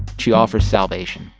she offers salvation.